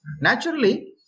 Naturally